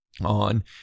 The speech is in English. on